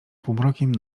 półmrokiem